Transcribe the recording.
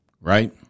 right